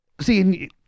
See